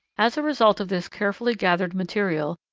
as a result of this carefully gathered material,